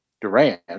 Durant